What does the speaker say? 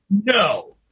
No